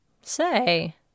Say